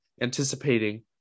anticipating